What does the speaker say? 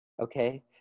Okay